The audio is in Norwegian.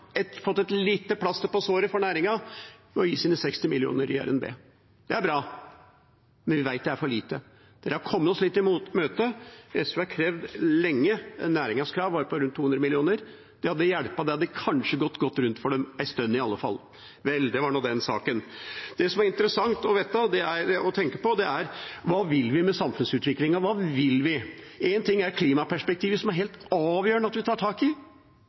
i møte, men vi vet det er for lite. Næringens krav var på rundt 200 mill. kr. Det hadde hjulpet; da hadde det kanskje gått rundt for dem en stund i alle fall. Vel – det var nå den saken. Det som er interessant å tenke på, er: Hva vil vi med samfunnsutviklingen? Hva vil vi? Én ting er klimaperspektivet, som det er helt avgjørende at vi tar tak i.